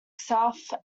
south